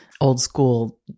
old-school